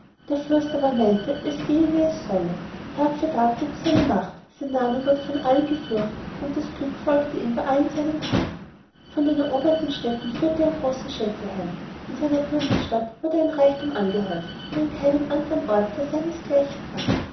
der fürst aber meinte es gehe wie es solle tag für tag wuchs seine macht sein name wurde von allen gefürchtet und das glück folgte ihm bei allen seinen thaten von den eroberten städten führte er große schätze heim in seiner königsstadt wurde ein reichtum angehäuft der an keinem andern orte seinesgleichen fand